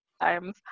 times